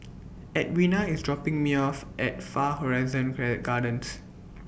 Edwina IS dropping Me off At Far Horizon Play Gardens